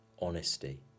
honesty